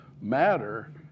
matter